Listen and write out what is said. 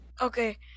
Okay